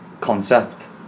concept